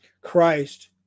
Christ